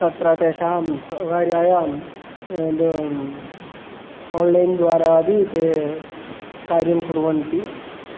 तत्र तेषां सौकर्याय आन्लैन् द्वारा अपि ते कार्यं कुर्वन्ति